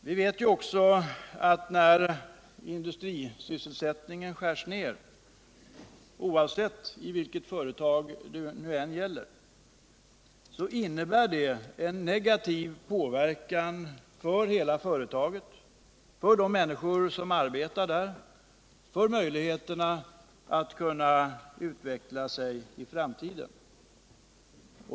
Vi vet också att när industrisysselsättningen skärs ner, oavsett i vilket företag det gäller, innebär det en negativ verkan på hela företaget, på de människor som arbetar där och på möjligheterna att kunna utveckla sig i framtiden.